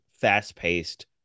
fast-paced